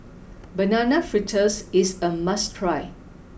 Banana Fritters is a must try